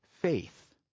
faith